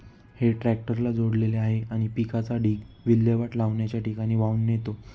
हे ट्रॅक्टरला जोडलेले आहे आणि पिकाचा ढीग विल्हेवाट लावण्याच्या ठिकाणी वाहून नेतो